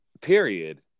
Period